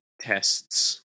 tests